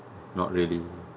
not really